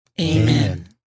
Amen